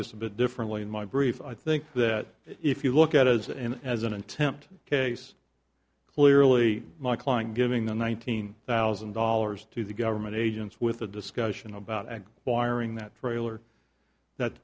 this a bit differently in my brief i think that if you look at it as an as an attempt case clearly my client giving the one nine hundred thousand dollars to the government agents with a discussion about ag wiring that trailer that